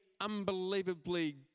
unbelievably